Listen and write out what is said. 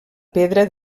pedra